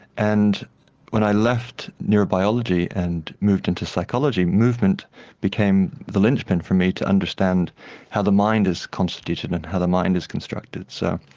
and when i left neurobiology and moved into psychology, movement became the linchpin for me to understand how the mind is constituted and how the mind is constructed. so